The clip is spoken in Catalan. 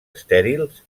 estèrils